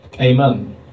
Amen